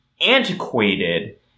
antiquated